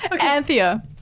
Anthea